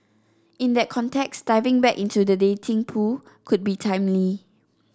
in that context diving back into the dating pool could be timely